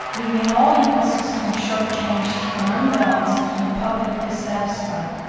leaving all ecosystems shortchanged and unbalanced and the public dissatisfied.